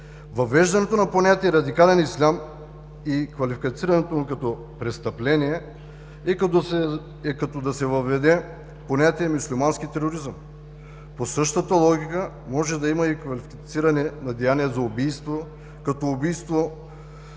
Въвеждането на понятие „радикален ислям“ и квалифицирането му като престъпление, е като да се въведе понятие „мюсюлмански тероризъм“. По същата логика може да има и квалифициране на деяние за убийство, като убийство